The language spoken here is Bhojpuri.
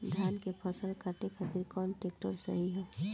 धान के फसल काटे खातिर कौन ट्रैक्टर सही ह?